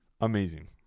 Amazing